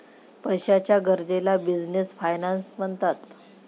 पैशाच्या गरजेला business finance म्हणतात